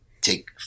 take